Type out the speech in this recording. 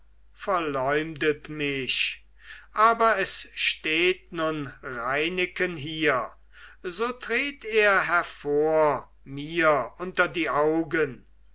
verleumdet mich aber es steht nun reineke hier so tret er hervor mir unter die augen